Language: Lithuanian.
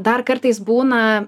dar kartais būna